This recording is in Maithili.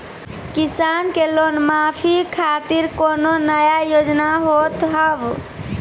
किसान के लोन माफी खातिर कोनो नया योजना होत हाव?